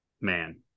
man